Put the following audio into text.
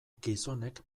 gizonek